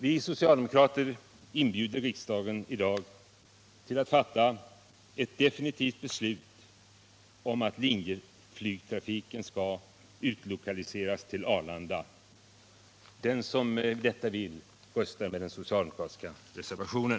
Vi socialdemokrater inbjuder riksdagen att i dag fatta ett definitivt beslut om att linjeflygtrafiken skall utlokaliseras till Arlanda. Den det vill, röstar med den socialdemokratiska reservationen!